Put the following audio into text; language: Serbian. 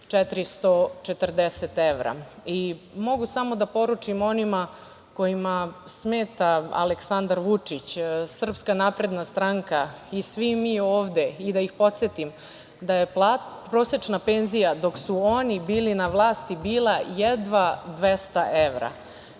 440 evra. Mogu samo da poručim onima kojima smeta Aleksandar Vučić, SNS i svi mi ovde i da ih podsetim da je prosečna penzija dok su oni bili na vlasti bila jedva 200 evra.